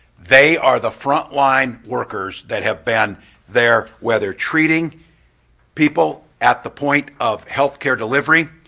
they are the front line workers that have been there, whether treating people at the point of health care delivery,